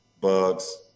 Bugs